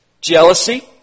jealousy